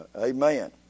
Amen